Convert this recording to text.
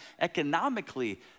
economically